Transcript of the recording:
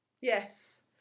Yes